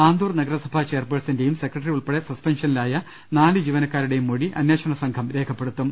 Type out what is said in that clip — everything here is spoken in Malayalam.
ആന്തൂർ നഗരസഭാ ചെയർപേ ഴ്സന്റെയും സെക്രട്ടറി ഉൾപ്പെടെ സസ്പെൻഷനിലായ നാല് ജീവനക്കാരുടെയും മൊഴി അന്വേഷണ സംഘം രേഖപ്പെടുത്തും